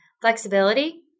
flexibility